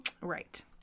Right